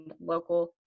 local